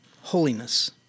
holiness